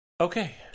Okay